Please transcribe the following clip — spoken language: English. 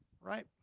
Right